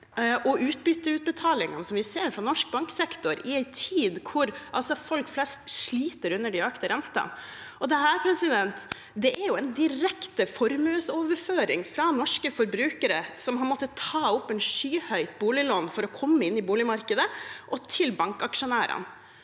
og utbytteutbetalingene vi ser for norsk banksektor, i en tid hvor folk flest sliter under de økte rentene. Dette er jo en direkte formuesoverføring fra norske forbrukere, som har måttet ta opp skyhøye boliglån for å komme inn i boligmarkedet, og til bankaksjonærene.